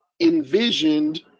envisioned